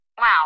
Wow